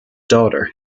daughter